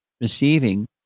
receiving